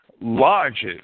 largest